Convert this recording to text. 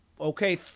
okay